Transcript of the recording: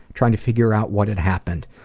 trying to figure out what had happened,